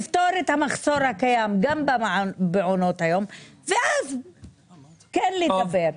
לפתור את המחסור הקיים גם במעונות היום ואז כן לטפל.